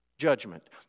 judgment